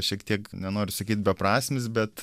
šiek tiek nenoriu sakyt beprasmis bet